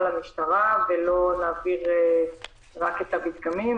למשטרה ולמה לא להעביר רק את המדגמים.